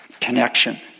connection